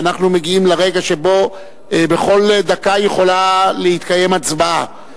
שאנחנו מגיעים לרגע שבו בכל דקה יכולה להתקיים הצבעה.